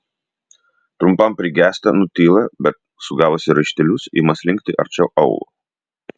trumpam prigęsta nutyla bet sugavusi raištelius ima slinkti arčiau aulo